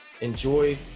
Enjoy